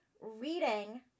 reading